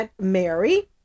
Mary